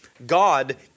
God